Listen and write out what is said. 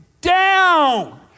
down